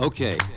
Okay